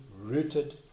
rooted